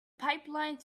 pipeline